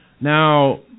Now